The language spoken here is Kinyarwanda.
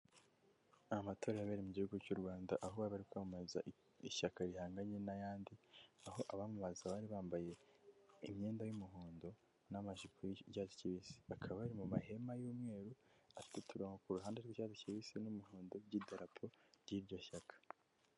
Amatora yabereye mu gihugu cy'u Rwanda aho bari kwamamaza ishyaka rihanganye n'ayandi aho abamamaza bari bambaye imyenda y'umuhondo n'amajipo y'icyatsi kibisi bakaba bari mu mahema y'umweru afite uturongo ku ruhande rw'ibyatsi ki bibisi n'umuhondo by'idarapo ry'iryo shyaka.